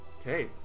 Okay